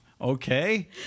Okay